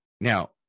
Now